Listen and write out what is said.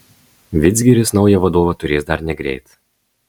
vidzgiris naują vadovą turės dar negreit